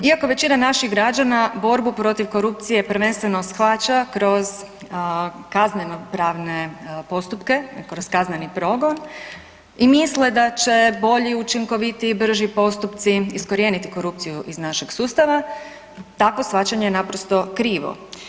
Iako većina naših građana borbu protiv korupcije prvenstveno shvaća kroz kaznenopravne postupke, kroz kazneni progon i misle da će bolji, učinkovitiji, brži postupci iskorijeniti korupciju iz našeg sustava, tako shvaćanje je naprosto krivo.